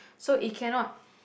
so it cannot